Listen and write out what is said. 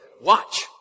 watch